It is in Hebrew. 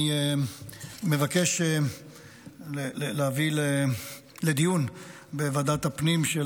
אני מבקש להביא לדיון בוועדת הפנים של